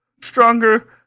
Stronger